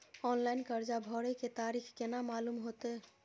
Online कर्जा भरे के तारीख केना मालूम होते?